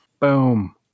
Boom